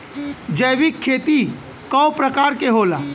जैविक खेती कव प्रकार के होला?